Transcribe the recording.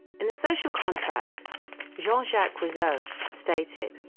in the social contract jean-jacques rousseau stated,